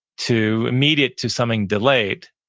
to immediate to something delayed,